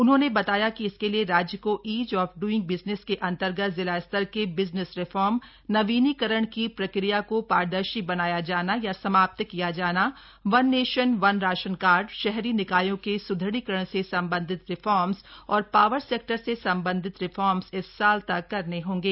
उन्होंने बताया कि इसके लिए राज्य को ईज ऑफ ड्रइंग बिजनेस के अंतर्गत जिला स्तर के बिजनेस रिफॉर्म नवीनीकरण की प्रक्रिया को पारदर्शी बनाया जाना या समाप्त किया जाना one nation one ration card शहरी निकायों के स्दृढ़ीकरण से संबंधित रिफॉर्म्स और पावर सेक्टर से संबंधित रिफॉर्म्स इस साल तक करने होंगे